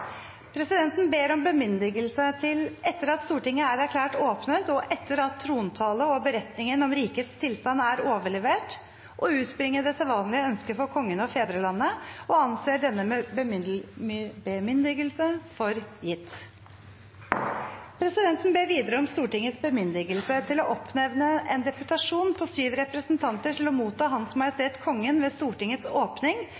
Presidenten ber om bemyndigelse til, etter at Stortinget er erklært åpnet, og etter at trontale og beretningen om rikets tilstand er overlevert, å utbringe det sedvanlige ønske for Kongen og fedrelandet – og anser denne bemyndigelse for gitt. Presidenten ber videre om Stortingets bemyndigelse til å oppnevne en deputasjon på syv representanter til å motta Hans